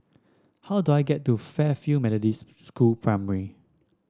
how do I get to Fairfield Methodist School Primary